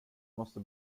måste